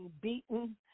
beaten